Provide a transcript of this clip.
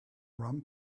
rum